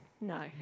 No